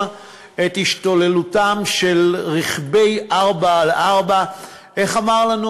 את השתוללותם של רכבי 4x4. איך אמר לנו,